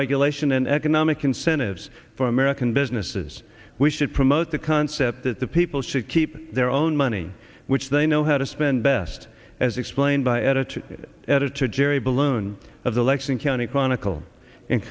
regulation and economic incentives for american businesses we should promote the concept that the people should keep their own money which they know how to spend best as explained by editor editor jerry balloon of the lexington county chronicle in